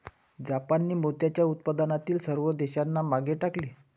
जापानने मोत्याच्या उत्पादनातील सर्व देशांना मागे टाकले